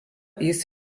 jis